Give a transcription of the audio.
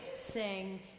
sing